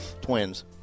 twins